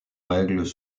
règles